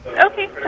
Okay